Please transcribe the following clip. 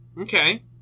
Okay